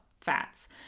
fats